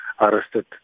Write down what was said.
arrested